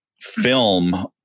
film